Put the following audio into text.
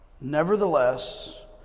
Nevertheless